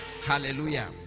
Hallelujah